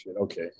Okay